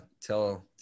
tell